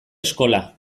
eskola